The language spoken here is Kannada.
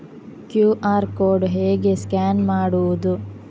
ಕ್ಯೂ.ಆರ್ ಕೋಡ್ ಹೇಗೆ ಸ್ಕ್ಯಾನ್ ಮಾಡುವುದು?